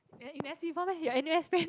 eh you never see before meh your N_U_S friend